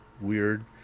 weird